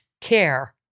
care